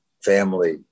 family